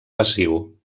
passiu